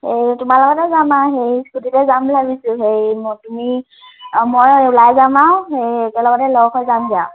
সেই তোমাৰ লগতে যাম আৰু সেই স্কুটীতে যাম বুলি ভাবিছোঁ সেই তুমি মই ওলাই যাম আৰু হেৰি একেলগতে লগ হৈ যামগৈ আৰু